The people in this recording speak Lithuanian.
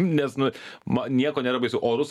nes nu man nieko nėra baisu orus